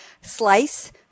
slice